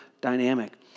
dynamic